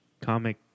comic